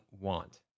want